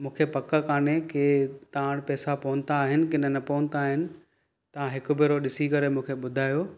मूंखे पक कोन्हे के तव्हां वटि पैसा पोहंता आहिनि के न न पोहंता आहिनि तव्हां हिकु भेरो ॾिसी करे मूंखे ॿुधायो